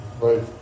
Right